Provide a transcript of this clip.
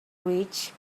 rich